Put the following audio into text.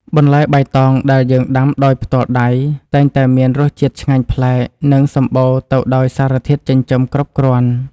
បន្លែបៃតងដែលយើងដាំដោយផ្ទាល់ដៃតែងតែមានរសជាតិឆ្ងាញ់ប្លែក និងសម្បូរទៅដោយសារធាតុចិញ្ចឹមគ្រប់គ្រាន់។